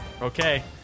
Okay